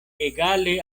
egale